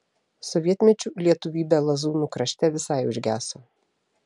sovietmečiu lietuvybė lazūnų krašte visai užgeso